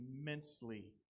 immensely